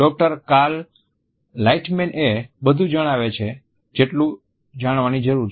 doctor Cal Lightman એ બધું જણાવે છે જેટલું જાણવાની જરૂર છે